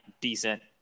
decent